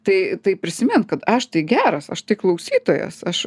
tai tai prisimint kad aš tai geras aš tai klausytojas aš